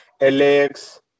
lax